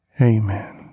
Amen